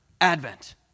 Advent